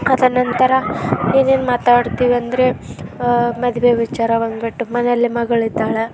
ಅದರ ನಂತರ ಏನೇನು ಮಾತಾಡ್ತೀವಂದ್ರೆ ಮದುವೆ ವಿಚಾರ ಬಂದುಬಿಟ್ಟು ಮನೆಯಲ್ಲಿ ಮಗಳಿದ್ದಾಳೆ